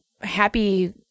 happy